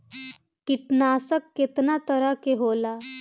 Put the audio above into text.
कीटनाशक केतना तरह के होला?